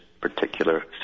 particular